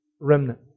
remnant